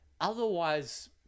otherwise